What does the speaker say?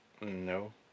No